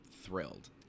thrilled